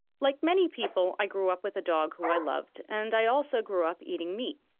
like many people, i grew up with a dog who i loved, and i also grew up eating meat.